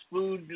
Food